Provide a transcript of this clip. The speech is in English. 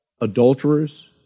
Adulterers